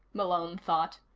malone thought.